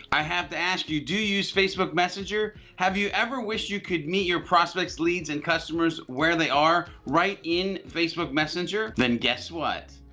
i have to ask you do you use facebook messenger? have you ever wished you could meet your prospects leads and customers where they are right in facebook messenger then guess what?